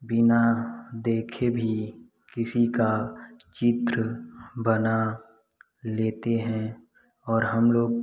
बिना देखे भी किसी का चित्र बना लेते हें और हम लोग